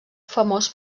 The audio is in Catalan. famós